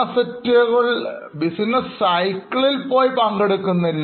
അത് ബിസിനസ് സൈക്കിളിൽപ്പോയി പങ്കെടുക്കുന്നില്ല